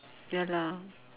ya lah